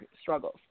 struggles